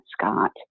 Scott